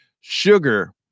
sugar